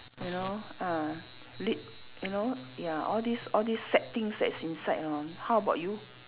you know ah lit~ you know ya all these all these sad things that's inside you know how about you